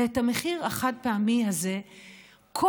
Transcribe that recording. ואת המחיר החד-פעמי הזה בממשלה הזאת,